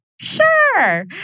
sure